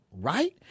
Right